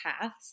paths